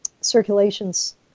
circulation's